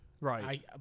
right